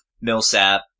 Millsap